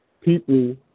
People